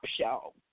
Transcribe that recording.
Show